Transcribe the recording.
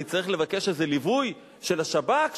אני צריך לבקש איזה ליווי של השב"כ,